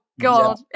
God